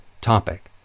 topic